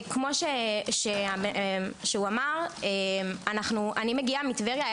כפי שהוא אמר, אני מגיעה מטבריה.